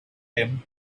rim